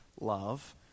love